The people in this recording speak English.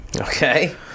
okay